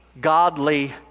godly